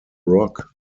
rock